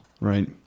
right